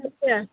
ठीक छै